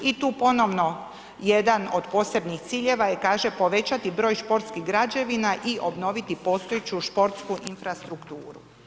I tu ponovno jedan od posebnih ciljeva je kaže povećati broj športskih građevina i obnoviti postojeću športsku infrastrukturu.